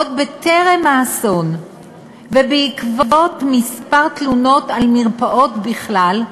עוד טרם האסון ובעקבות כמה תלונות על מרפאות בכלל,